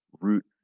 root